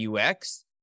UX